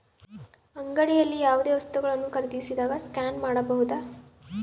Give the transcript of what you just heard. ಅಂಗಡಿಯಲ್ಲಿ ಯಾವುದೇ ವಸ್ತುಗಳನ್ನು ಖರೇದಿಸಿದಾಗ ಸ್ಕ್ಯಾನ್ ಮಾಡಬಹುದಾ?